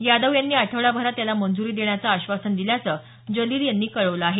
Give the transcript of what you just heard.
यादव यांनी आठवडाभरात याला मंजुरी देण्याचं आश्वासन दिल्याचं जलील यांनी कळवलं आहे